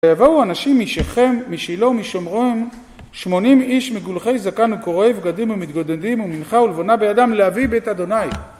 ויבואו אנשים משכם, משילו, משומרון שמונים איש מגולחי זקן וקורעי בגדים ומתגודדים ומנחה ולבונה בידם להביא בית ה'